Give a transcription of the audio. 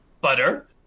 butter